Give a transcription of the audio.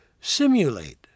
simulate